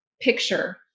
picture